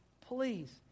please